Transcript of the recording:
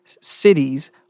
cities